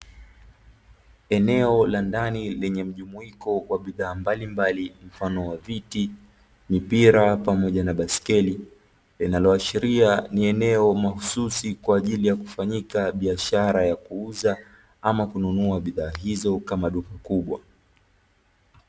Eneo la ndani lenye mjumuiko wa bidhaa mbalimbali mfano wa viti, mipira pamoja na biaskeli linaloashiria ni eneo mahususi kwa ajili ya kufanyika biashara ya kuuza ama kununua bidhaa hizo kama duka kubwa.